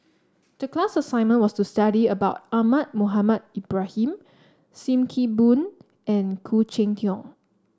the class assignment was to study about Ahmad Mohamed Ibrahim Sim Kee Boon and Khoo Cheng Tiong